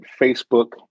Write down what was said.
Facebook